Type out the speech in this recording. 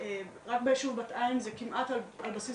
רק ביישוב בת עין זה כמעט על בסיס